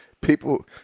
People